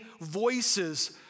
voices